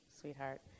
sweetheart